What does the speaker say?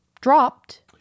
dropped